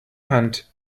hand